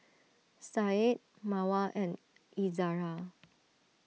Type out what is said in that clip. Said Mawar and Izzara